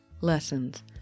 Lessons